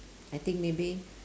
I think maybe